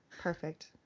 Perfect